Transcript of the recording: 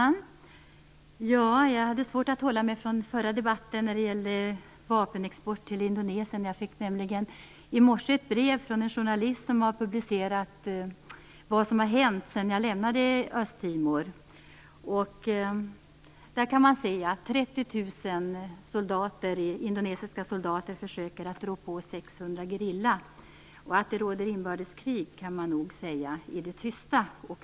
Fru talman! Jag hade svårt att hålla mig från förra debatten som gällde vapenexport till Indonesien. Jag fick nämligen i morse ett brev från en journalist som har publicerat vad som har hänt sedan jag lämnade Östtimor. 30 000 indonesiska soldater försöker rå på 600 medlemmar av gerillan. Att det råder inbördeskrig i det tysta kan man nog säga.